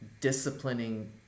disciplining